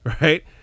right